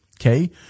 Okay